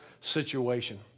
situation